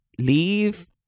Leave